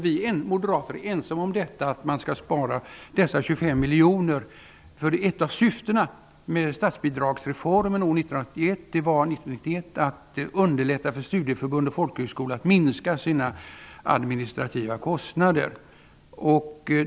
Vi moderater är ensamma om detta att man skall spara dessa 25 miljoner. Ett av syftena med statsbidragsreformen år 1991 var att underlätta för studieförbund och folkhögskolor att minska sina administrativa kostnader.